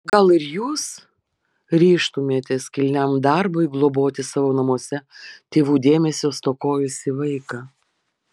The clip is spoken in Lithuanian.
gal ir jūs ryžtumėtės kilniam darbui globoti savo namuose tėvų dėmesio stokojusį vaiką